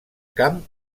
camp